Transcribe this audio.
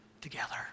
together